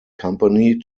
company